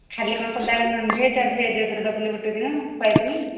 ଖାଲି କ'ଣ ସଦାବେଳେ ନନ୍ଭେଜ୍ ଆଉ ଭେଜ୍ ଉପରେ ଦେବୁନି ଗୋଟେ ଦିନ ଖୁଆଇବୁନି